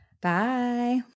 Bye